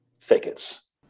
thickets